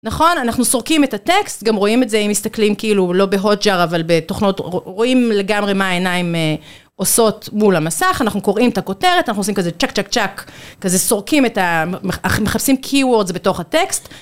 נכון? אנחנו סורקים את הטקסט, גם רואים את זה אם מסתכלים כאילו לא בהודג'אר, אבל בתוכנות, רואים לגמרי מה העיניים עושות מול המסך, אנחנו קוראים את הכותרת, אנחנו עושים כזה צ'ק צ'ק צ'ק, כזה סורקים את ה... מחפשים קי-וורדס בתוך הטקסט.